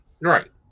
right